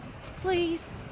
Please